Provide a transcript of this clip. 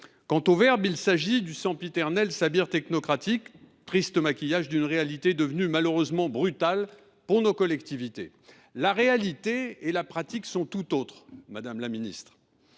Quant au verbe, il s’agit du sempiternel sabir technocratique, triste maquillage d’une réalité devenue malheureusement brutale pour nos collectivités. La réalité et la pratique sont tout autres, madame la ministre